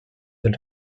dels